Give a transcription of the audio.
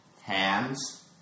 hands